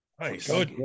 Nice